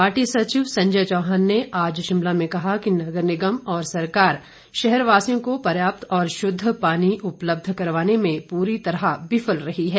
party सचिव संजय चौहान ने आज शिमला में कहा कि नगर निगम और सरकार शहरवासियों को पर्याप्त और शुद्ध पानी उपलब्ध करवाने में पूरी तरह विफल रहे हैं